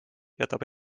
jätab